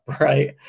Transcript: right